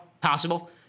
Possible